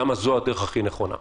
למה זו הדרך הכי נכונה.